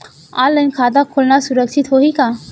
Online खाता खोलना सुरक्षित होही का?